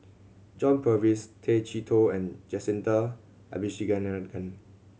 John Purvis Tay Chee Toh and Jacintha Abisheganaden